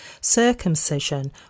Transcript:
circumcision